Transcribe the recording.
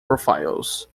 profiles